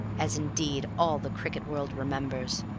as, indeed, all the cricket world remembers.